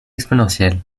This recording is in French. exponentielle